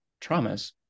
traumas